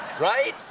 Right